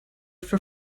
for